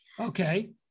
Okay